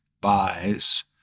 buys